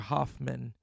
Hoffman